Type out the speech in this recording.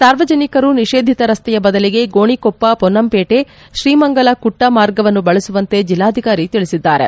ಸಾರ್ವಜನಿಕರು ನಿಷೇಧಿತ ರಸ್ತೆಯ ಬದಲಿಗೆ ಗೋಣಿಕೊಪ್ಪ ಪೊನ್ನಂಪೇಟೆ ತ್ರೀಮಂಗಲ ಕುಟ್ಟ ಮಾರ್ಗವನ್ನು ಬಳಸುವಂತೆ ಜಿಲ್ಲಾಧಿಕಾರಿ ತಿಳಿಸಿದ್ದಾರೆ